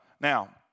Now